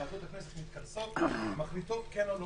ועדות הכנסת מתכנסות ומחליטות אם כן או לא.